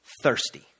thirsty